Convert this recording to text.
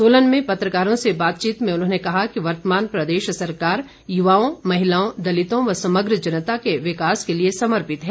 सोलन में पत्रकारों से बातचीत में उन्होंने कहा कि वर्तमान प्रदेश सरकार युवाओं महिलाओं दलितों व समग्र जनता के विकास के लिए समर्पित है